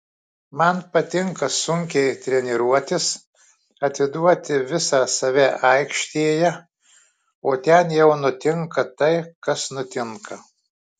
man patinka sunkiai treniruotis atiduoti visą save aikštėje o ten jau nutinka tai kas nutinka